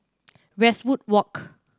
Westwood Walk